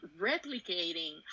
replicating